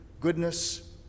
goodness